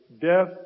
death